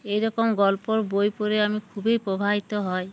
এইরকম গল্পর বই পড়ে আমি খুবই প্রভাবিত হই